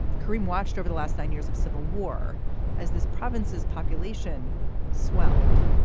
karim watched over the last nine years of civil war as this province's population swelled.